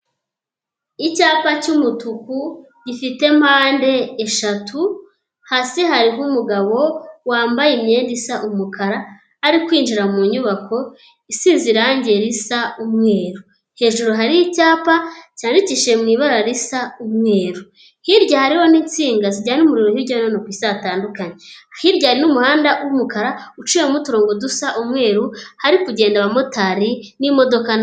Icyapa cy'umutuku gifite mpande eshatu, hasi hariho umugabo wambaye imyenda isa umukara ari kwinjira mu nyubako isize irangi risa umweru, hejuru hari icyapa cyarikishije mu ibara risa umweru, hirya rero n'insinga zijyana' umurirori hirya no hino ku i isi hatandukanye, hirya n'umuhanda w'umukara uciyemo uturongo dusa umweru hari kugenda abamotari n'imodoka na.